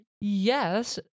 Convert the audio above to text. Yes